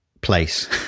place